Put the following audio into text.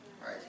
right